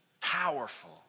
powerful